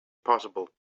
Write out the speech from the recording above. possible